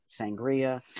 sangria